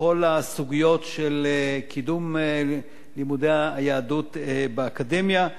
בכל הסוגיות של קידום לימודי היהדות באקדמיה,